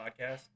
podcast